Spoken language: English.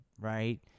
right